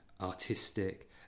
artistic